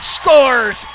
scores